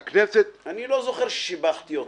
אני לא זוכר ששיבחתי אותם.